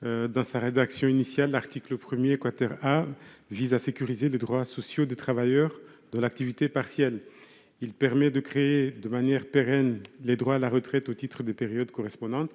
Dans sa rédaction initiale, l'article 1 A visait à sécuriser les droits sociaux des travailleurs dont l'activité est partielle, en permettant de créer, de manière pérenne, des droits à la retraite au titre des périodes correspondantes.